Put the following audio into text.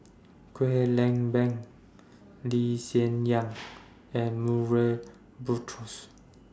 Kwek Leng Beng Lee Hsien Yang and Murray Buttrose